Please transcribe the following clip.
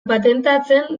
patentatzen